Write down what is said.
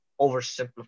oversimplify